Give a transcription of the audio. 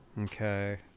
Okay